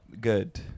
good